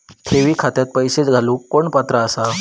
ठेवी खात्यात पैसे घालूक कोण पात्र आसा?